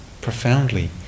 profoundly